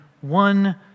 one